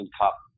Cup